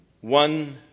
One